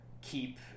keep